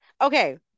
Okay